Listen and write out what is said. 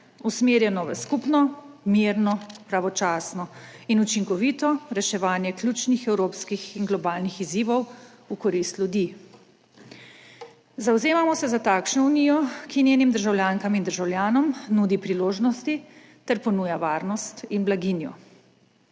usmerjeno v skupno, mirno, pravočasno in učinkovito reševanje ključnih evropskih in globalnih izzivov v korist ljudi. Zavzemamo se za takšno Unijo, ki njenim državljankam in državljanom nudi priložnosti ter ponuja varnost in blaginjo.